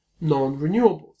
non-renewables